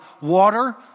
water